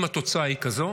אם התוצאה היא כזאת,